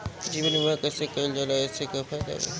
जीवन बीमा कैसे कईल जाला एसे का फायदा बा?